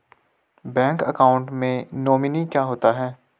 Bank account में nominee क्या होता है?